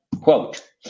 Quote